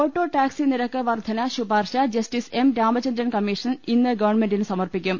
auto taxi നിരക്ക് വർധനാ ശുപാർശ justice M Ramachandran commission ഇന്ന് ഗവൺമെന്റിന് സമർപ്പിക്കും